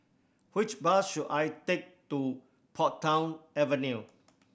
which bus should I take to Portsdown Avenue